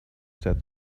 said